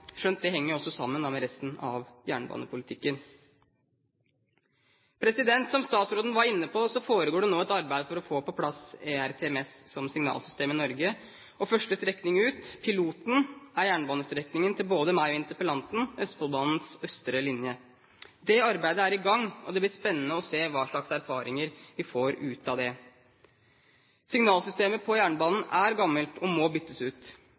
skjønt det henger jo også sammen med resten av jernbanepolitikken. Som statsråden var inne på, foregår det nå et arbeid for å få på plass ERTMS som signalsystem i Norge, og første strekning ut – piloten – er både min og interpellantens jernbanestrekning: Østfoldbanens østre linje. Det arbeidet er i gang, og det blir spennende å se hva slags erfaringer vi får ut av det. Signalsystemet på jernbanen er gammelt og må byttes ut.